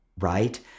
right